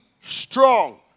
strong